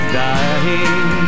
dying